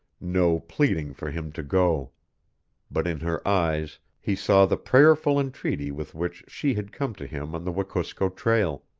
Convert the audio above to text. no pleading for him to go but in her eyes he saw the prayerful entreaty with which she had come to him on the wekusko trail,